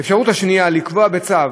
2. לקבוע בצו